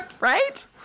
right